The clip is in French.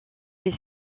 est